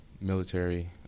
military